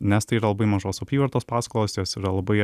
nes tai yra labai mažos apyvartos paskolos jos yra labai